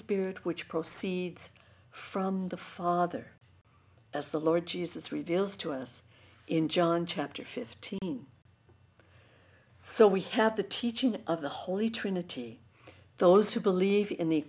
spirit which proceeds from the father as the lord jesus reveals to us in john chapter fifteen so we have the teaching of the holy trinity those who believe in the